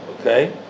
Okay